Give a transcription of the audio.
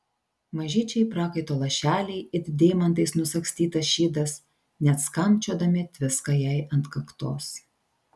mažyčiai prakaito lašeliai it deimantais nusagstytas šydas net skambčiodami tviska jai ant kaktos